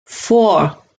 four